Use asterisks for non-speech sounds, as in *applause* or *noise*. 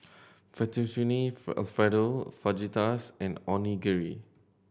Fettuccine *unintelligible* Alfredo Fajitas and Onigiri